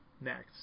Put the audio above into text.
next